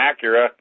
Acura